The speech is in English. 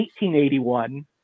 1881